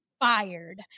fired